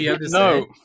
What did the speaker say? no